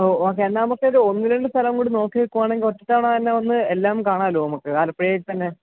ഓ okay എന്നാൽ നമുക്കൊരു ഒന്ന് രണ്ട് സ്ഥലം കൂടി നോക്കി വെക്കുകയാണെങ്കിൽ ഒറ്റത്തവണ തന്നെ വന്ന് എല്ലാം കാണാമല്ലൊ നമുക്ക് ആലപ്പുഴയിൽത്തന്നെ